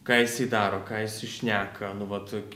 ką jisai daro ką jisai šneka nu vat